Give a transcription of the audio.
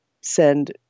send